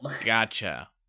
Gotcha